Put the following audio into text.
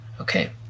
Okay